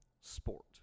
sport